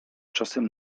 czasem